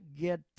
get